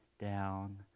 down